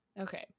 Okay